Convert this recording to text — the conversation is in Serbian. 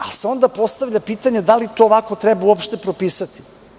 Ali, onda se postavlja pitanje da li to ovako treba uopšte propisati?